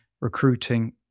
recruiting